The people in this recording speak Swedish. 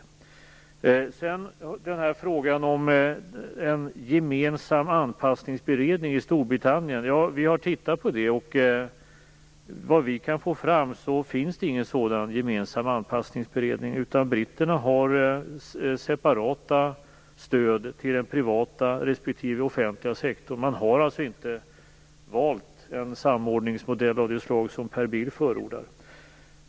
Vi har tittat på frågan om en gemensam anpassningsberedning i Storbritannien, och vad vi kan få fram finns det ingen sådan gemensam anpassningsberedning, utan britterna har separata stöd till den privata respektive offentliga sektorn. Man har alltså inte valt en samordningsmodell av det slag som Per Bill förordar.